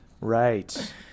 Right